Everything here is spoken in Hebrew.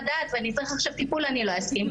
דעת והוא צריך עכשיו טיפול אז הוא לא יסכים,